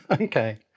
Okay